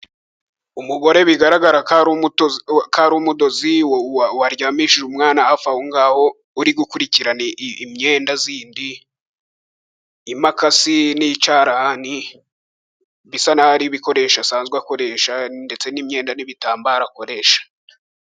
Umugore bigaragara ko ari umudozi, waryamishije umwana hafi aho ngaho, uri gukurikirana imyenda yindi, imakasi n'icyarahani, bisa n'aho ari ibikoresho asanzwe akoresha, ndetse n'imyenda n'ibitambaro akoresha.